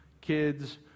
kids